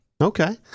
Okay